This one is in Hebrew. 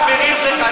החברים שלך,